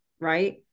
right